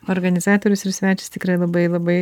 organizatorius ir svečias tikrai labai labai